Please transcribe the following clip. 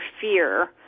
fear